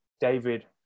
David